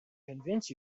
convince